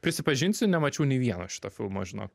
prisipažinsiu nemačiau nei vieno šito filmo žinok